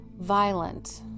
violent